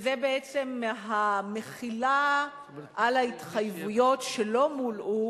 וזה בעצם המחילה על ההתחייבויות, שלא מולאו,